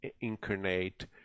incarnate